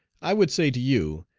i would say to you,